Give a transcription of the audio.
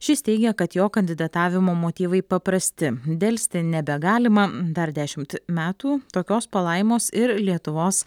šis teigia kad jo kandidatavimo motyvai paprasti delsti nebegalima dar dešimt metų tokios palaimos ir lietuvos